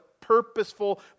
purposeful